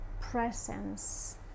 presence